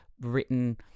written